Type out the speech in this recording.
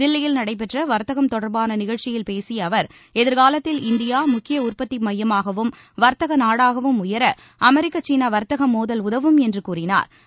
தில்லியில் நடைபெற்ற வர்த்தகம் தொடர்பான நிகழ்ச்சியில் பேசிய அவர் எதிர்காலத்தில் இந்தியா முக்கிய உற்பத்தி மையமாகவும் வர்த்தக நாடாகவும் உயர அமெரிக்க சீன வர்த்தக மோதல் உதவும் என்று கூறினா்